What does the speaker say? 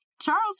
Charles